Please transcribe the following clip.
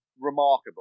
remarkable